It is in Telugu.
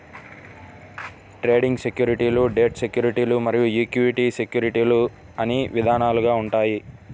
ట్రేడింగ్ సెక్యూరిటీలు డెట్ సెక్యూరిటీలు మరియు ఈక్విటీ సెక్యూరిటీలు అని విధాలుగా ఉంటాయి